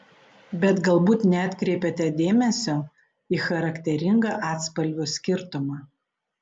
bet galbūt neatkreipėte dėmesio į charakteringą atspalvių skirtumą